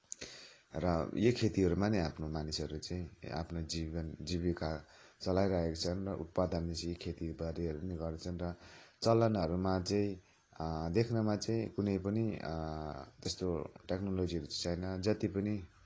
र यही खेतीहरूमा नै आफ्नो मानिसहरू चाहिँ आफ्नो जीविका जीविका चलाइरहेका छन् र उत्पादन चाहिँ खेतीबारीहरू नै गर्छन् र चलनहरूमा चाहिँ देख्नमा चाहिँ कुनै पनि त्यस्तो टेक्नोलोजीहरू त छैन